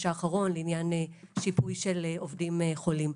האחרון לעניין שיפוי של עובדים חולים.